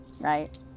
right